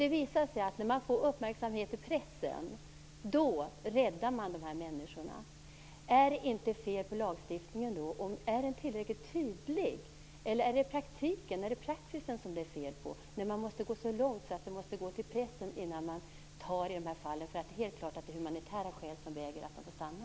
Det visar sig att man när man får uppmärksamhet i pressen kan lyckas rädda de här människorna. Är det då inte fel på lagstiftningen? Är den tillräckligt tydlig? Eller är det praxis som det är fel på när det måste gå till pressen innan man tar tag i sådana här fall där det är helt klart att humanitära skäl talar för att vederbörande får stanna?